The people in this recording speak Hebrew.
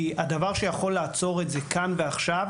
כי הדבר שיכול לעצור את זה כאן ועכשיו,